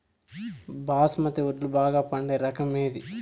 బాస్మతి వడ్లు బాగా పండే రకం ఏది